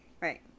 Right